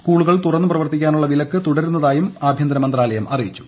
സ്കൂളുകൾ തുറന്നു പ്രവർത്തീക്കാനുള്ള വിലക്ക് തുടരുന്നതായും ആഭ്യന്തരമന്ത്രാലയ്ക് അറിയിച്ചു